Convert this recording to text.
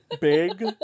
Big